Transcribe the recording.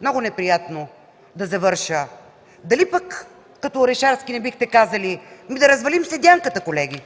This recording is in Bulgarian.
много неприятно да завърша – дали пък като Орешарски не бихте казали: „Ми, да развалим седянката, колеги.”?